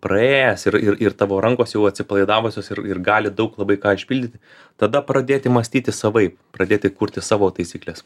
praėjęs ir ir ir tavo rankos jau atsipalaidavusios ir ir gali daug labai ką išpildyti tada pradėti mąstyti savaip pradėti kurti savo taisykles